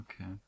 Okay